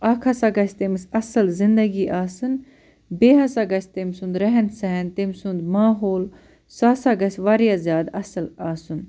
اَکھ ہسا گَژھِ تٔمِس اَصٕل زِنٛدگی آسٕنۍ بیٚیہِ ہسا گَژھِ تٔمۍ سُنٛد رہَن سہَن تٔمۍ سُنٛد ماحول سُہ ہسا گَژھِ واریاہ زیادٕ اَصٕل آسُن